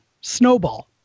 Snowball